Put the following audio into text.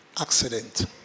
accident